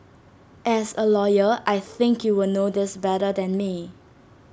as A lawyer I think you will know this better than me